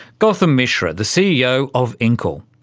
gautum mishra, the ceo of inkl.